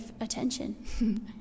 attention